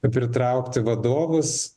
pritraukti vadovus